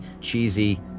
cheesy